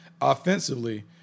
offensively